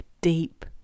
deep